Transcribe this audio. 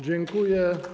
Dziękuję.